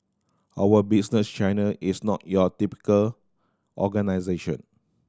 our Business China is not your typical organisation